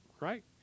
right